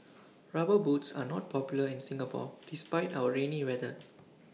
rubber boots are not popular in Singapore despite our rainy weather